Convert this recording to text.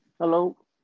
hello